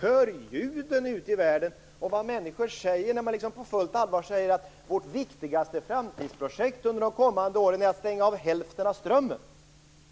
från människor ute i världen när ni på fullt allvar säger att vårt viktigaste framtidsprojekt under de kommande åren är att stänga av hälften av strömmen?